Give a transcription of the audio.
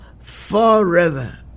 Forever